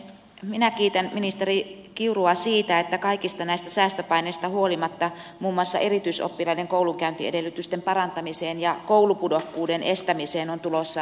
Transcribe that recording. minä kiitän ministeri kiurua siitä että kaikista näistä säästöpaineista huolimatta muun muassa erityisoppilaiden koulunkäyntiedellytysten parantamiseen ja koulupudokkuuden estämiseen on tulossa lisärahoitusta